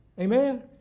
Amen